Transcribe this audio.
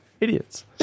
Idiots